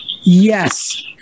Yes